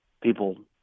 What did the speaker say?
people